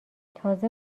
تازه